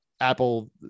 Apple